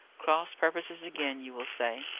cross purposes again, you will say.